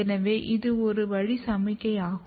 எனவே இது இரு வழி சமிக்ஞை ஆகும்